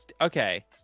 okay